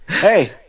hey